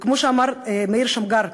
וכמו שאמר מאיר שמגר,